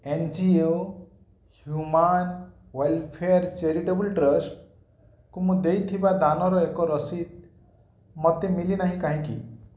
N G O human welfare charitable ଟ୍ରଷ୍ଟ୍କୁ ମୁଁ ଦେଇଥିବା ଦାନର ଏକ ରସିଦ ମୋତେ ମିଳିନାହିଁ କାହିଁକି